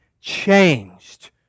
changed